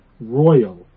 royal